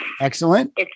Excellent